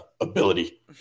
ability